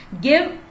give